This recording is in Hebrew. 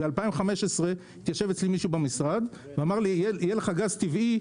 ב-2015 התיישב אצלי מישהו במשרד ואמר לי שבסוף 2017 יהיה לי גז טבעי,